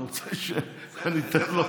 אתה רוצה שאני אתן לו,